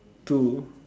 two